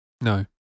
No